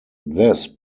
this